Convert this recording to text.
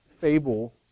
fable